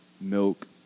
milk